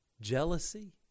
jealousy